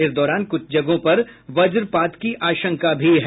इस दौरान कुछ जगहों पर वज्रपात की आशंका भी है